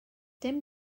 dim